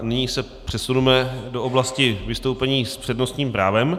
Nyní se přesuneme do oblasti vystoupení s přednostním právem.